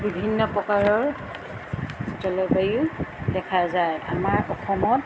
বিভিন্ন প্ৰকাৰৰ জলবায়ু দেখা যায় আমাৰ অসমত